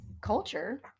culture